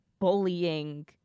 bullying